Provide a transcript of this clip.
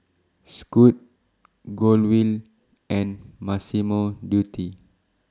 Scoot Golden Wheel and Massimo Dutti